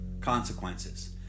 consequences